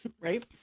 right